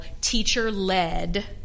teacher-led